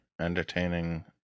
entertaining